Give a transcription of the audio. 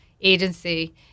agency